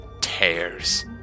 tears